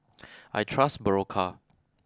I trust Berocca